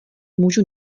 můžu